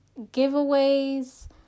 giveaways